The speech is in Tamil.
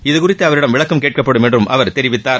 இதுகுறித்து அவர்களிடம் விளக்கம் கேட்கப்படும் என்றும் அவர் தெரிவித்தார்